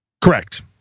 Correct